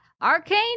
Arcane